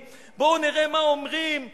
בואו נראה מה אומרים ברשות,